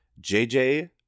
JJ